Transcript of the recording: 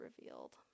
revealed